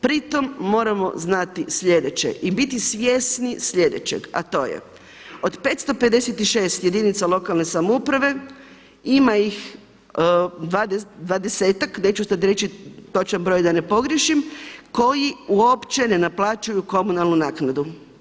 Pri tome moramo znati sljedeće i biti svjesni sljedećeg a to je, od 556 jedinica lokalne samouprave ima ih 20-ak, neću sada reći točan broj da ne pogriješim koji uopće ne naplaćuju komunalnu naknadu.